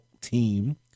team